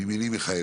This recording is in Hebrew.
מימיני מיכאל